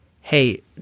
hey